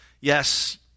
yes